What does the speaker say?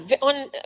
on